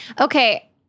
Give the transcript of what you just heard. Okay